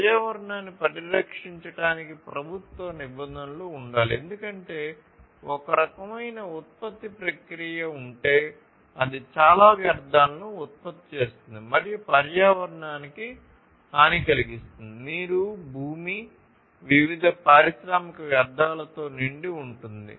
పర్యావరణాన్ని పరిరక్షించడానికి ప్రభుత్వ నిబంధనలు ఉండాలి ఎందుకంటే ఒకరకమైన ఉత్పత్తి ప్రక్రియ ఉంటే అది చాలా వ్యర్థాలను ఉత్పత్తి చేస్తుంది మరియు పర్యావరణానికి హాని కలిగిస్తుంది నీరు భూమి వివిధ పారిశ్రామిక వ్యర్ధాలతో నిండి ఉంటుంది